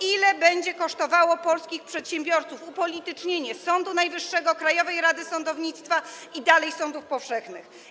Ile będzie kosztowało polskich przedsiębiorców upolitycznienie Sądu Najwyższego, Krajowej Rady Sądownictwa i dalej sądów powszechnych?